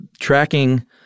tracking